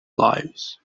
lives